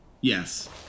Yes